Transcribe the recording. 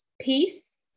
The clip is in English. peace